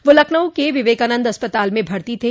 वह लखनऊ के विवेकानन्द अस्पताल में भर्ती थे